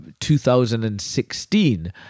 2016